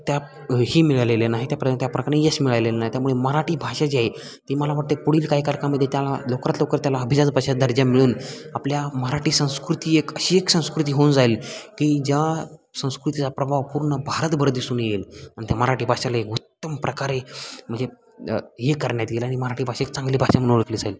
त्या हे मिळालेलं नाही त्याप्र त्याप्रकारे यश मिळालेलं नाही त्यामुळे मराठी भाषा जी आहे ती मला वाटतं पुढील काही कारकामामध्ये त्याला लवकरात लवकर त्याला अभिजात भाषा दर्जा मिळून आपल्या मराठी संस्कृती एक अशी एक संस्कृती होऊन जाईल की ज्या संस्कृतीचा प्रभाव पूर्ण भारतभर दिसून येईल आणि त्या मराठी भाषेला एक उत्तम प्रकारे म्हणजे हे करण्यात येईल आणि मराठी भाषा एक चांगली भाषा म्हणून ओळखली जाईल